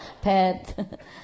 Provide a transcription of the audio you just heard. pet